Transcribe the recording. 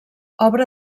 obra